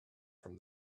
from